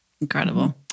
Incredible